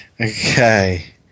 Okay